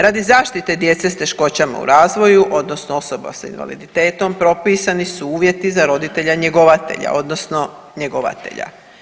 Radi zaštite djece s teškoćama u razvoju odnosno osoba s invaliditetom propisani su uvjeti za roditelja-njegovatelja odnosno njegovatelja.